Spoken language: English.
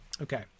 Okay